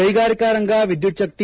ಕೈಗಾರಿಕಾ ರಂಗ ವಿದ್ಯುಚ್ಛಕ್ತಿ